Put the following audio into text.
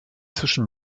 zwischen